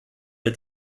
der